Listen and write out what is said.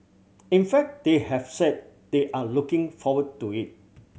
in fact they have said they are looking forward to it